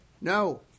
No